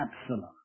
Absalom